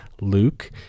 Luke